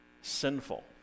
sinful